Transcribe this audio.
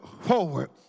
forward